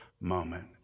moment